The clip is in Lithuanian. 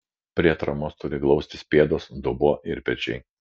prie atramos turi glaustis pėdos dubuo ir pečiai